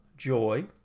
Joy